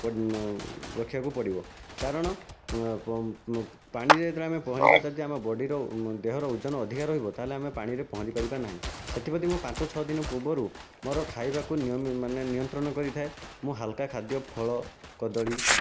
ପଡ଼ି ରଖିବାକୁ ପଡ଼ିବ କାରଣ ପାଣିରେ ଯେତେବେଳେ ଆମେ ପହଁରିବା ତା' ଯଦି ଆମ ବଡ଼ିର ଦେହର ଓଜନ ଅଧିକ ରହିବ ତା'ହେଲେ ଆମେ ପାଣିରେ ପହଁରି ପାରିବା ନାହିଁ ସେଥିପ୍ରତି ମୁଁ ପାଞ୍ଚ ଛଅ ଦିନ ପୂର୍ବରୁ ମୋର ଖାଇବାକୁ ମାନେ ନିୟନ୍ତ୍ରଣ କରିଥାଏ ମୁଁ ହାଲୁକା ଖାଦ୍ୟ ଫଳ କଦଳୀ